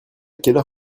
quelle